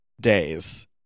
days